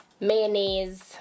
Mayonnaise